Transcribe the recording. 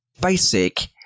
basic